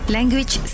Language